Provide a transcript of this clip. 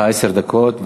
יש לך עשר דקות.